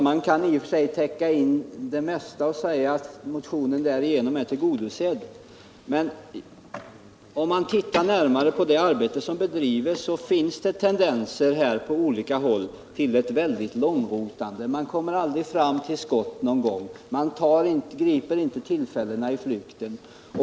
Man kan i och för sig täcka in det mesta och säga att motionen därigenom är tillgodosedd, men om man tittar närmare på det arbete som bedrivs finner man tendenser på olika håll till ett väldigt långrotande. Man kommer aldrig till skott. Man griper inte tillfällena i flykten.